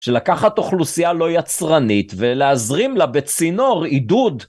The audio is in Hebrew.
שלקחת אוכלוסייה לא יצרנית ולהזרים לה בצינור עידוד.